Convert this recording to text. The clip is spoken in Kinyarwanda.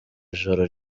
ijoro